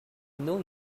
know